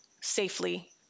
safely